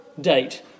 date